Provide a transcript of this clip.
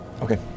okay